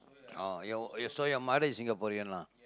orh your uh so your mother is Singaporean lah